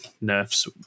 nerfs